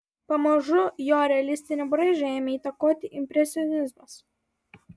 pamažu jo realistinį braižą ėmė įtakoti impresionizmas